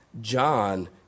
John